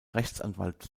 rechtsanwalt